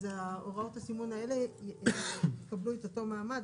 אז הוראות הסימון האלה יקבלו את אותו מעמד,